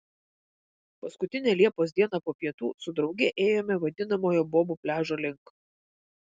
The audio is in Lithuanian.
paskutinę liepos dieną po pietų su drauge ėjome vadinamojo bobų pliažo link